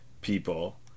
people